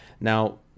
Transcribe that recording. Now